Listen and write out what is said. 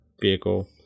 vehicle